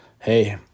hey